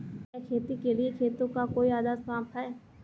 क्या खेती के लिए खेतों का कोई आदर्श माप है?